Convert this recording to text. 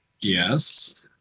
Yes